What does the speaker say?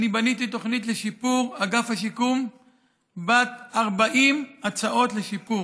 אני בניתי תוכנית לשיפור אגף השיקום בת 40 הצעות לשיפור,